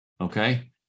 Okay